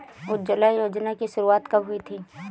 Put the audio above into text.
उज्ज्वला योजना की शुरुआत कब हुई थी?